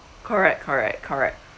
correct correct correct